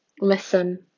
Listen